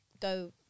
go